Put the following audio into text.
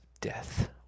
death